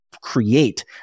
create